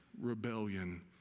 rebellion